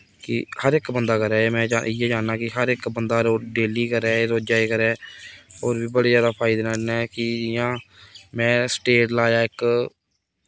कि हर इक बंदा करै में इ'यै चाह्न्नां कि हर इक बंदा डेली करै रोजै ई करै होर बी बड़े जादा फायदे न एह्दे नै कि जि'यां में स्टेट लाया इक